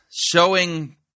showing